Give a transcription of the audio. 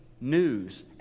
news